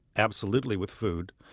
absolutely with food.